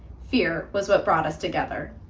fear was what brought us together.